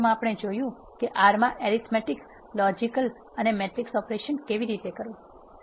આ વિડિઓમાં આપણે જોયું છે કે R માં એરીથમેટીક લોજીકલ અને મેટ્રિક્સ ઓપરેશન કેવી રીતે કરવું